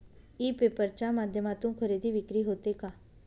E paper च्या माध्यमातून खरेदी विक्री होते का?